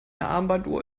armbanduhr